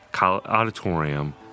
Auditorium